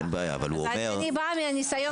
אני בעלת ניסיון מהשטח.